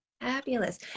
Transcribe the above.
fabulous